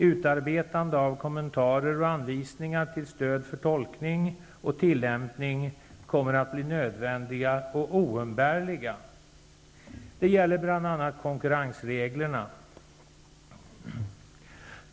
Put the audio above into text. Utarbetande av kommentarer och anvisningar till stöd för tolkning och tillämpning kommer att bli nödvändiga och oumbärliga. Detta gäller bl.a. konkurrensreglerna.